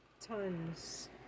Tons